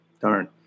Darn